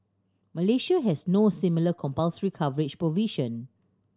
Malaysia has no similar compulsory coverage provision